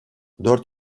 dört